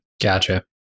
Gotcha